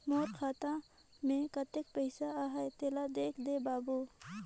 मोर खाता मे कतेक पइसा आहाय तेला देख दे बाबु?